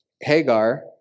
Hagar